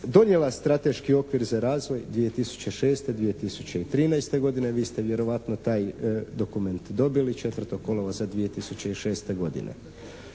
donijela strateški okvir za razvoj 2006.-2013. godine. Vi ste vjerojatno taj dokument dobili 4. kolovoza 2006. godine.